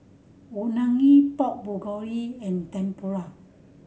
Unagi Pork Bulgogi and Tempura